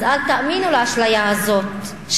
אז אל תאמינו לאשליה הזאת,